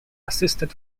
assisted